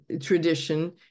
tradition